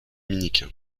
dominicains